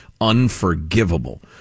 unforgivable